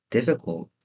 Difficult